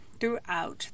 throughout